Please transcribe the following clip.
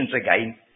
again